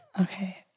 Okay